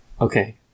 Okay